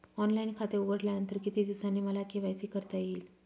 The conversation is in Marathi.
ऑनलाईन खाते उघडल्यानंतर किती दिवसांनी मला के.वाय.सी करता येईल?